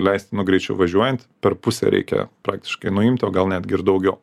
leistinu greičiu važiuojant per pusę reikia praktiškai nuimti o gal netgi ir daugiau